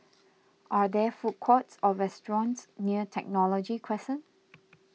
are there food courts or restaurants near Technology Crescent